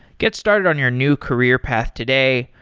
get started on your new career path today.